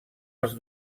els